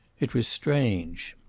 it was strange.